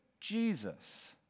Jesus